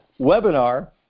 webinar